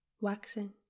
waxing